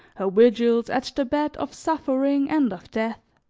her vigils at the bed of suffering and of death.